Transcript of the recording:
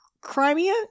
Crimea